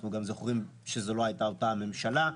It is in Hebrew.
אנחנו גם זוכרים שזו לא הייתה אותה הממשלה.